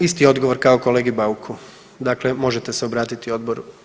Isti odgovor kao kolegi Bauku, dakle možete se obratiti Odboru.